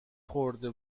خورده